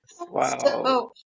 Wow